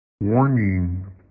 Warning